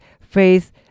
Faith